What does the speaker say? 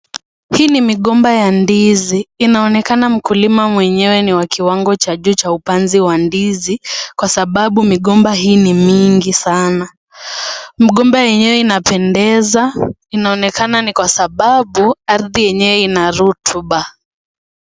Hii ni migomba ya ndizi, inaonekana mkulima mwenyewe ni wa kiwango cha juu cha upanzi wa ndizi kwasababu migomba hii ni mingi sana, migomba yenyewe inapendeza inaonekana ni kwasababu ardhi yenyewe ina rutuba.